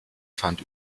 fand